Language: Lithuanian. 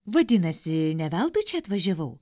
vadinasi ne veltui čia atvažiavau